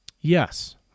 yes